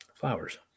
Flowers